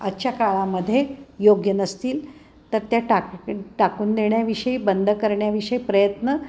आजच्या काळामध्ये योग्य नसतील तर त्या टाक टाकून देण्याविषयी बंद करण्याविषयी प्रयत्न